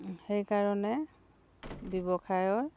সেইকাৰণে ব্যৱসায়ৰ